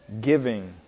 giving